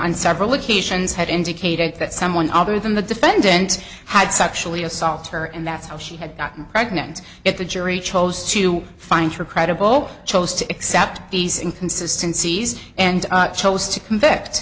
on several occasions had indicated that someone other than the defendant had sexually assault her and that's how she had gotten pregnant if the jury chose to find her credible chose to accept these in consistencies and chose to convict